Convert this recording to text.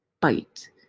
bite